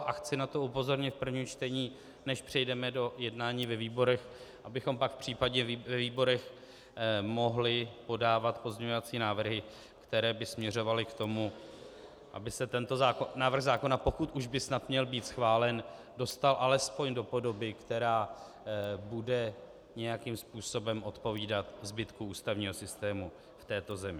A chci na to upozornit v prvním čtení, než přejdeme do jednání ve výborech, abychom pak případně ve výborech mohli podávat pozměňovací návrhy, které by směřovaly k tomu, aby se tento návrh zákona, pokud už by snad měl být schválen, dostal alespoň do podoby, která bude nějakým způsobem odpovídat zbytku ústavního systému v této zemi.